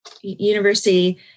university